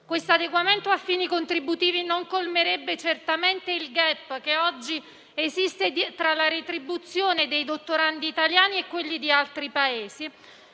Questo adeguamento a fini contributivi non colmerebbe certamente il *gap* che oggi esiste tra la retribuzione dei dottorandi italiani e quella degli altri Paesi,